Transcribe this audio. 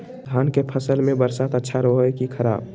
धान के फसल में बरसात अच्छा रहो है कि खराब?